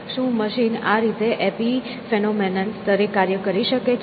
શું મશીન આ રીતે એપિફેનોમેનન સ્તરે કાર્ય કરી શકે છે